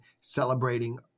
celebrating